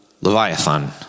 Leviathan